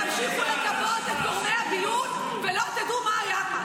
תמשיכו לגבות את גורמי הביון ולא תדעו מה היה כאן.